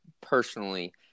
personally